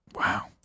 Wow